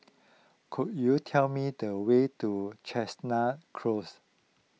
could you tell me the way to Chestnut Close